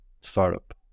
startup